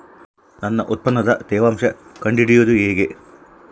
ನನ್ನ ಉತ್ಪನ್ನದ ತೇವಾಂಶ ಕಂಡು ಹಿಡಿಯುವುದು ಹೇಗೆ?